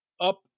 up